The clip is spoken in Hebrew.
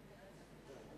כנסת נכבדה,